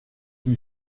qui